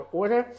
order